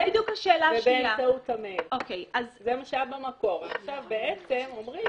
עכשיו אומרים